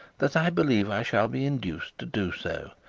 that i believe i shall be induced to do so.